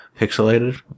pixelated